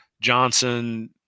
Johnson